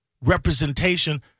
representation